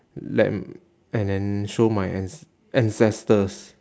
let and then show my anc~ ancestors